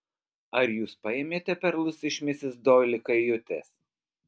ar jūs paėmėte perlus iš misis doili kajutės